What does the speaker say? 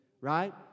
right